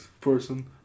person